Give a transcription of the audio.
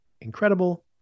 incredible